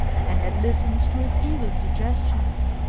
and had listened to his evil suggestions.